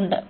ഉണ്ട്